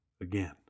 again